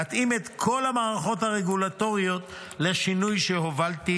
להתאים את כל המערכות הרגולטוריות לשינוי שהובלתי,